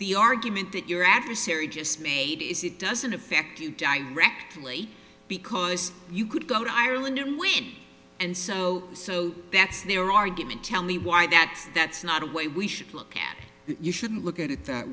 the argument that your adversary just made is it doesn't affect you directly because you could go to ireland and win and so so that's their argument tell me why that's that's not the way we should look at it you shouldn't look at it that